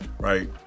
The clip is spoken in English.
right